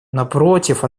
напротив